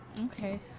Okay